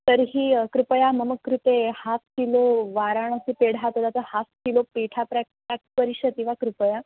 तर्हि कृपया मम कृते हाफ़् किलो वाराणासी पेढा तथा च half kilo petha pack pack करिष्यति वा कृपया